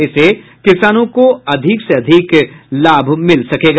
इसे किसानों को अधिक से अधिक लाभ मिल सकेगा